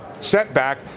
setback